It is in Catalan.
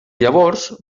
llavors